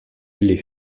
les